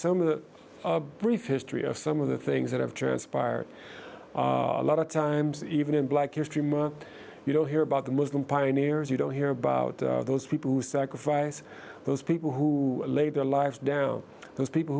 some of the brief history of some of the things that have transpired a lot of times even in black history month you don't hear about the muslim pioneers you don't hear about those people who sacrifice those people who laid their lives down those people